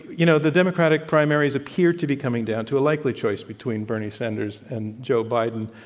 you know, the democratic primaries appear to be coming down to a likely choice between bernie sanders and joe biden.